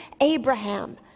Abraham